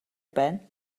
байна